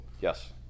yes